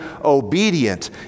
obedient